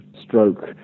stroke